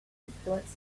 influence